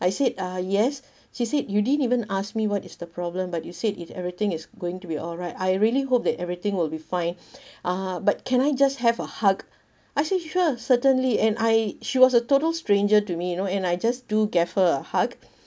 I said uh yes she said you didn't even ask me what is the problem but you said it everything is going to be all right I really hope that everything will be fine uh but can I just have a hug I say sure sure certainly and I she was a total stranger to me you know and I just do gave her a hug